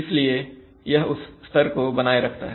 इसलिए यह उस स्तर को बनाए रखता है